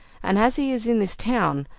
and as he is in this town,